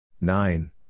nine